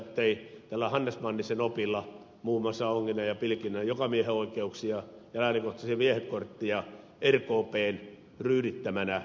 hannes mannisen opilla muun muassa onginnan ja pilkinnän jokamiehenoikeuksia ja läänikohtaisia viehekortteja rkpn ryydittämänä murenneta